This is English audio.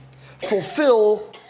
fulfill